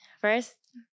first